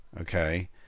Okay